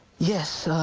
yes,